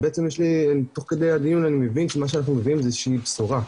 ובעצם תוך כדי הדיון אני מבין שמה שאנחנו מביאים זו איזו שהיא בשורה.